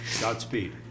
Godspeed